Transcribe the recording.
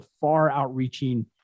far-outreaching